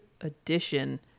edition